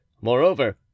Moreover